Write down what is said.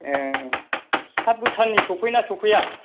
ए हाब भुटान नि सफैयो ना सफैया